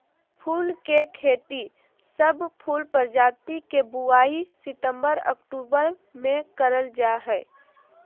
फूल के खेती, सब फूल प्रजाति के बुवाई सितंबर अक्टूबर मे करल जा हई